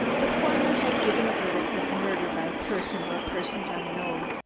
the coroner had given a verdict of murder by person or persons unknown.